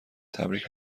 تبریک